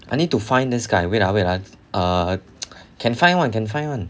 I need to find this guy wait ah wait ah can find one can find one